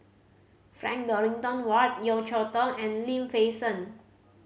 Frank Dorrington Ward Yeo Cheow Tong and Lim Fei Shen